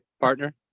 partner